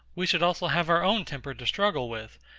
we should also have our own temper to struggle with,